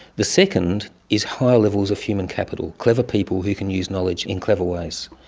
the second is higher levels of human capital, clever people who can use knowledge in clever ways,